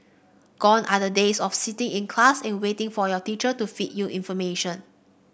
gone are the days of sitting in class and waiting for your teacher to feed you information